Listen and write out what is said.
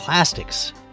Plastics